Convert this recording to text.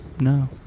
No